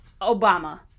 Obama